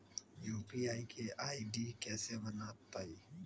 UPI के ID कैसे बनतई?